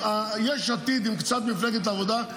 יש עתיד עם קצת מפלגת העבודה,